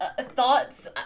thoughts